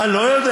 אני לא יודע.